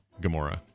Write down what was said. Gamora